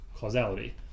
causality